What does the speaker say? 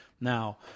Now